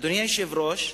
אדוני היושב-ראש,